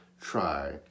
try